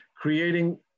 creating